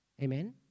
Amen